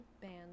band